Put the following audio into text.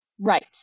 Right